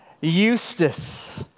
Eustace